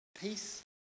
Peace